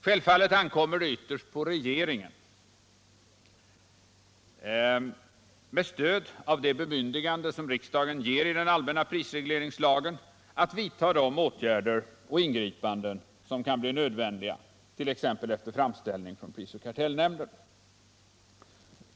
Självfallet ankommer det ytterst på regeringen, med stöd av det bemyndigande som riksdagen ger i den allmänna prisregleringslagen, att vidta de åtgärder och ingripanden som kan bli nödvändiga, t.ex. efter framställning från prisoch kartellnämnden.